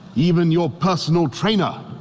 even your personal trainer.